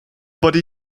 body